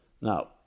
Now